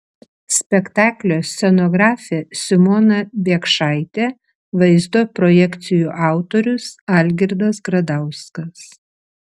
spektaklio scenografė simona biekšaitė vaizdo projekcijų autorius algirdas gradauskas